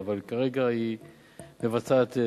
אבל כרגע היא מבצעת תחקיר.